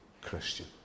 Christian